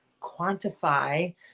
quantify